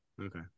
okay